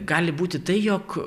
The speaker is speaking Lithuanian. gali būti tai jog